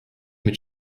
mit